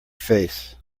face